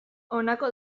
honako